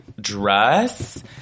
dress